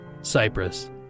Cyprus